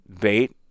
bait